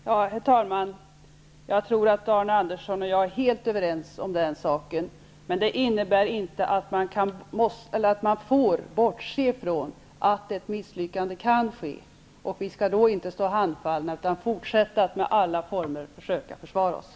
Herr talman! Jag tror att Arne Andersson och jag är helt överens om den saken, men det innebär inte att man får bortse från att ett misslyckande kan ske. Vi skall då inte stå handfallna, utan fortsätta att i alla former försöka försvara oss.